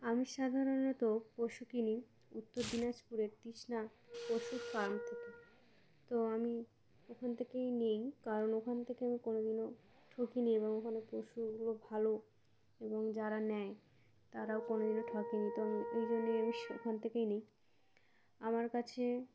আমি সাধারণত পশু কিনি উত্তর দিনাজপুরের তৃষ্ণা পশু ফার্ম থেকে তো আমি ওখান থেকেই নিই কারণ ওখান থেকে আমি কোনো দিনও ঠকিনি এবং ওখানে পশুগুলো ভালো এবং যারা নেয় তারাও কোনো দিনও ঠক নিই তো আমি এই জন্যেই আমি ওখান থেকেই নিই আমার কাছে